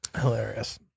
Hilarious